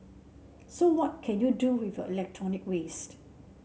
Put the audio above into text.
so what can you do with your electronic waste